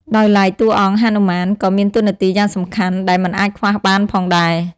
ដោយឡែកតួអង្គហនុមាន ក៏មានតួរនាទីយ៉ាងសំខាន់ដែរមិនអាចខ្វះបានផងដែរ ។